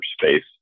space